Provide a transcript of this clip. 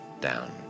down